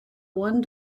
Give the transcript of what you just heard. one